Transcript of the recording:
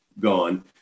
gone